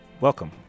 Welcome